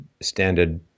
standard